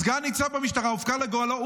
סגן ניצב במשטרה הופקר לגורלו,